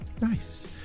Nice